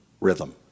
rhythm